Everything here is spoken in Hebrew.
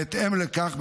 בהתאם לכך,